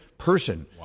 person